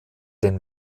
den